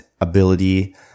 ability